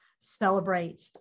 celebrate